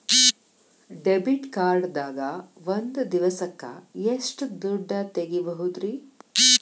Debit card ದಾಗ ಒಂದ್ ದಿವಸಕ್ಕ ಎಷ್ಟು ದುಡ್ಡ ತೆಗಿಬಹುದ್ರಿ?